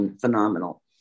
phenomenal